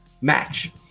Match